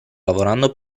lavorando